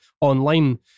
online